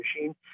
machine